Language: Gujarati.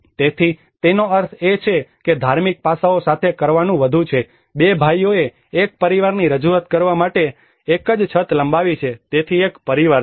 તેથી તેનો અર્થ એ કે ધાર્મિક પાસાઓ સાથે કરવાનું વધુ છે બે ભાઈઓએ એક પરિવારની રજૂઆત કરવા માટે એક જ છત લંબાવી છે તેથી એક પરિવાર છે